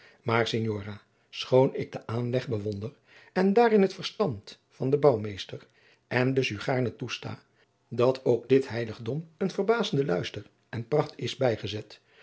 maar signora schoon ik den aanleg bewonder en daarin het verstand van den bouwmeester en dus u gaarne toesta dat ook dit heiligdom een verbazende luister en pracht is bijgezet